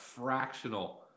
fractional